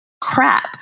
crap